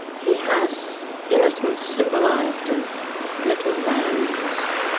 he has innocence symbolised as little lambs,